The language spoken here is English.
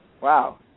Wow